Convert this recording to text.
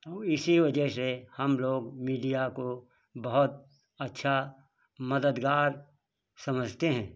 तो इसी वजह से हम लोग मीडिया को बहुत अच्छा मददगार समझते हैं